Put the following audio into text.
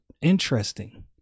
Interesting